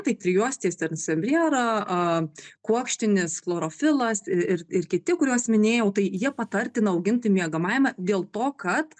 tai trijuostė sansevjera kuokštinis chlorofilas ir ir kiti kuriuos minėjau tai jie patartina auginti miegamajame dėl to kad